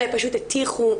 עלי פשוט הטיחו